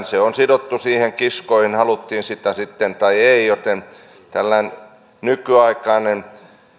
se on sidottu niihin kiskoihin haluttiin sitä sitten tai ei joten tällainen nykyaikainen